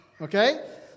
okay